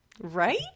Right